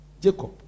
Jacob